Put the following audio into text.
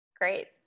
Great